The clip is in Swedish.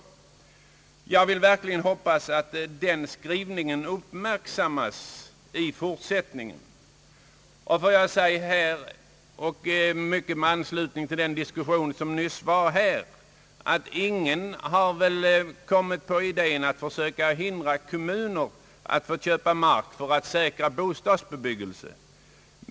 Jag vill verkligen hoppas att den skrivningen uppmärksammas i fortsättningen. Med anslutning till den diskussion, som nyss fördes här, vill jag säga, att ingen har kommit på idén att försöka hindra kommuner att köpa mark för att säkra bostadsbebyggelsen.